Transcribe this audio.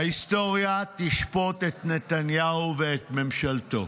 ההיסטוריה תשפוט את נתניהו ואת ממשלתו,